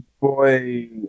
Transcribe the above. Boy